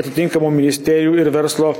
atitinkamų ministerijų ir verslo